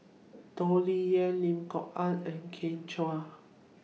Toh Liying Lim Kok Ann and Kin Chui